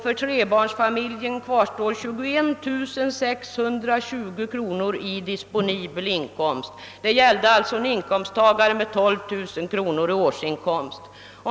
För trebarnsfamiljen kvarstår 21 620 kronor.